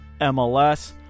MLS